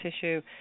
tissue